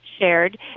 shared